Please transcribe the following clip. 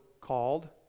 called